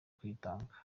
kwitanga